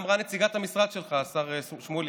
את זה אמרה נציגת המשרד שלך, השר שמולי.